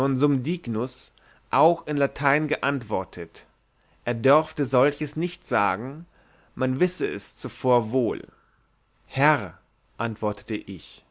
auch in latein geantwortet er dörfte solches nicht sagen man wisse es zuvor wohl herr antwortete ich